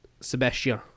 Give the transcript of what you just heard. Sebastian